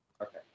Okay